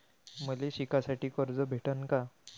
मले शिकासाठी कर्ज भेटन का?